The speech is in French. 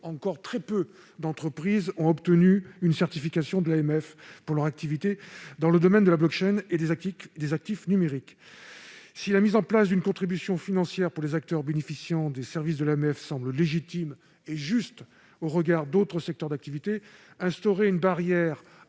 encore très peu d'entre elles ont obtenu une certification de l'Autorité des marchés financiers (AMF) pour leur activité dans le domaine de la et des actifs numériques. Si la mise en place d'une contribution financière pour les acteurs bénéficiant des services de l'AMF semble légitime et juste au regard d'autres secteurs d'activité, instaurer une barrière